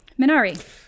Minari